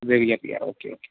Devika P R okay okay